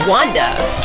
Wanda